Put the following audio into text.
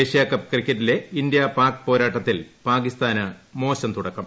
Asia Cup ക്രിക്കറ്റിലെ India Pak പോരാട്ടത്തിൽ പാകിസ്ഥാന് മോശം തുടക്കം